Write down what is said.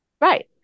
Right